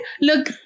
Look